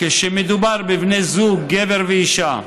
כשמדובר בבני זוג גבר ואישה,